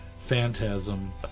Phantasm